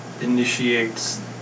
initiates